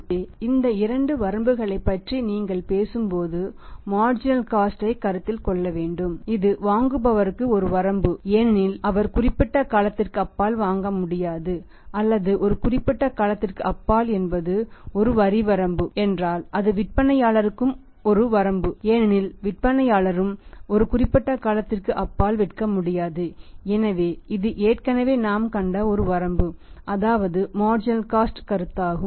எனவே இந்த இரண்டு வரம்புகளைப் பற்றி நீங்கள் பேசும்போது மார்ஜினல் காஸ்ட் கருத்தாகும்